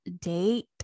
date